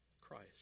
Christ